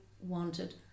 wanted